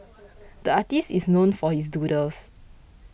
the artist is known for his doodles